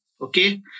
Okay